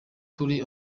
turi